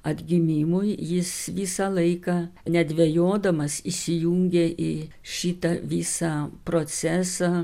atgimimui jis visą laiką nedvejodamas įsijungė į šitą visą procesą